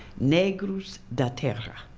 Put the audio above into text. negros de terra,